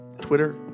Twitter